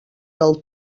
del